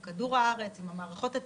הארץ.